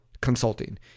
consulting